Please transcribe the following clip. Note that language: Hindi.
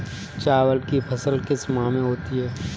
चावल की फसल किस माह में होती है?